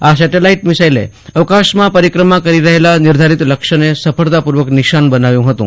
આ સેટેલાઇટ મિસાઇલે અવકાશમાં પરીક્રમા કરી રહેલા નિર્ધારિત લક્ષ્યને સફળતાપૂર્વક નિશાન બનાવ્યું હતું